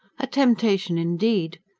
a temptation, indeed.